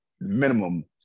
minimum